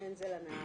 לכן זה לנהג.